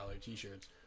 t-shirts